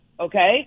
Okay